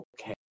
okay